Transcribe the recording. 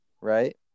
right